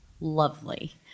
Lovely